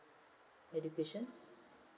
education